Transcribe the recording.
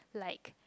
like